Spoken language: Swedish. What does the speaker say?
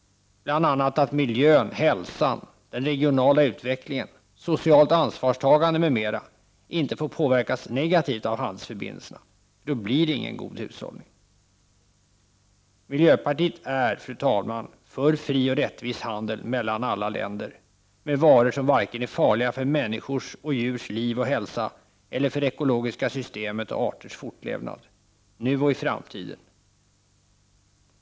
Miljö, hälsa, regional utveckling och socialt ansvarstagande får inte påverkas negativt av handelsförbindelserna. Då blir det ingen god hushållning. Miljöpartiet är, fru talman, för fri och rättvis handel mellan alla länder med varor som inte är farliga för vare sig människors eller djurs liv och hälsa eller för det ekologiska systemet och arters fortlevnad nu och i framtiden.